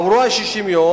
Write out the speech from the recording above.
עברו 60 יום,